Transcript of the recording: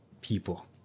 people